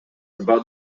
about